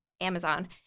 Amazon